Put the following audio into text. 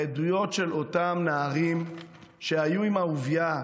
העדויות של אותם נערים שהיו עם אהוביה,